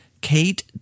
Kate